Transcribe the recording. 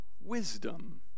wisdom—